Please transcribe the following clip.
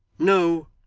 no.